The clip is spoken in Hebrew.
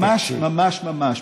ממש, ממש, ממש.